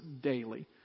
daily